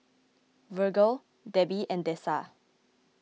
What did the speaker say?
Virgle Debby and Dessa